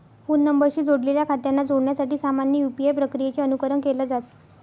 phone नंबरशी जोडलेल्या खात्यांना जोडण्यासाठी सामान्य यू.पी.आय प्रक्रियेचे अनुकरण केलं जात